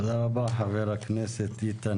תודה רבה, חבר הכנסת איתן